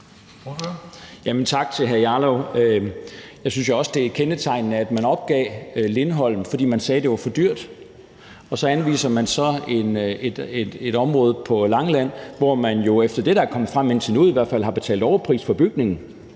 tak til hr. Rasmus Jarlov. Jeg synes jo også, at det er kendetegnende, at man opgav Lindholm, fordi, som man sagde, det var for dyrt. Og så anviser man så et område på Langeland, hvor man jo efter det, der er kommet frem indtil nu i hvert fald, har betalt overpris for bygningen.